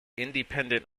independent